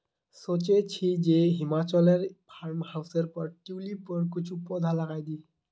सोचे छि जे हिमाचलोर फार्म हाउसेर पर ट्यूलिपेर कुछू पौधा लगइ दी